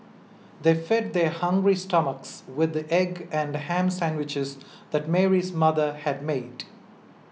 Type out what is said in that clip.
they fed their hungry stomachs with the egg and ham sandwiches that Mary's mother had made